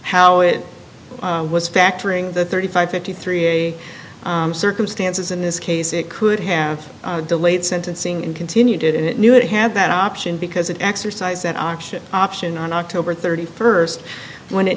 how it was factoring the thirty five fifty three circumstances in this case it could have delayed sentencing and continued it knew it had that option because it exercise an auction option on october thirty first when it